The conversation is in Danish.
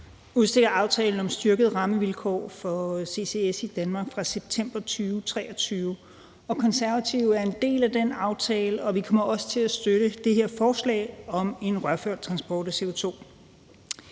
udmønter aftalen om styrkede rammevilkår for ccs i Danmark fra september 2023. Konservative er en del af den aftale, og vi kommer til at støtte det her forslag om en rørført transport af CO2.